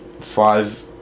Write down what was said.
five